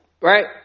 Right